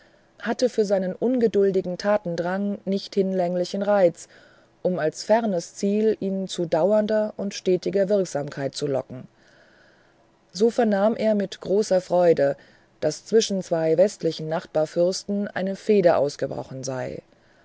hatte für seinen ungeduldigen tatendrang nicht hinlänglichen reiz um als fernes ziel ihn zu dauernder und stetiger wirksamkeit zu locken so vernahm er mit großer freude daß zwischen zwei westlichen nachbarfürsten eine fehde ausgebrochen sei